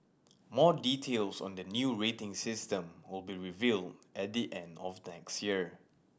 more details on the new rating system will be revealed at the end of next year